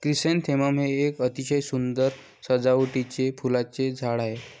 chrysanthemum हे एक अतिशय सुंदर सजावटीचे फुलांचे झाड आहे